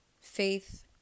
faith